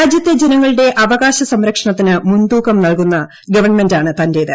രാജ്യത്തെ ജനങ്ങളുടെ അവകാശ സംരക്ഷണത്തിന് മുൻതൂക്കം നൽകുന്ന ഗവൺമെന്റാണ് തന്റേത്